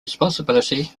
responsibility